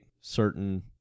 certain